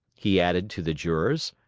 he added to the jurors,